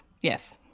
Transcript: Yes